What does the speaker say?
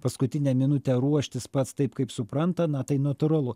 paskutinę minutę ruoštis pats taip kaip supranta na tai natūralu